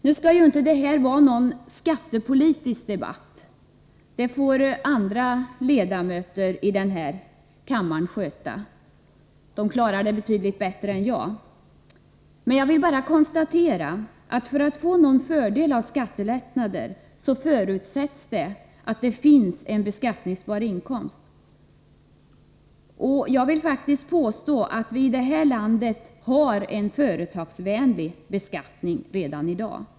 Nu skall inte det här vara någon skattepolitisk debatt — det får andra ledamöter i denna kammare sköta, och de klarar det betydligt bättre än jag — men jag vill bara konstatera att för att man skall få någon fördel av skattelättnader förutsätts att det finns en beskattningsbar inkomst. Och jag vill faktiskt påstå att vi i det här landet har en företagsvänlig beskattning redan i dag.